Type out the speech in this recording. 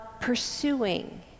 pursuing